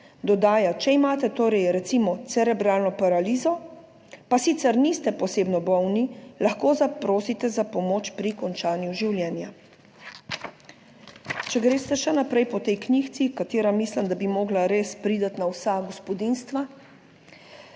Dodaja: Če imate torej recimo cerebralno paralizo pa sicer niste posebno bolni, lahko zaprosite za pomoč pri končanju življenja". Če greste še naprej po tej knjigici, katera mislim, da bi morala res priti na vsa gospodinjstva,